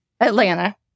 Atlanta